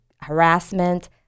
harassment